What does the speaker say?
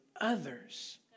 others